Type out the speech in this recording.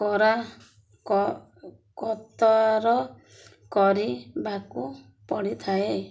କରା କତାର କରିବାକୁ ପଡ଼ିଥାଏ